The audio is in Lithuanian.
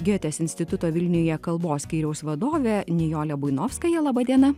gėtės instituto vilniuje kalbos skyriaus vadovė nijolė buinovskaja laba diena